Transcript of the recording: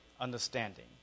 Understanding